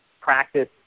practice